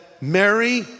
Mary